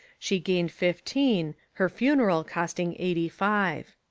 she gained fifteen, her funeral costing eighty-five.